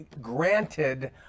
granted